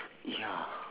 ya